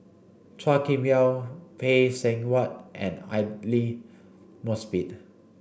Chua Kim Yeow Phay Seng Whatt and Aidli Mosbit